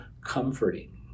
comforting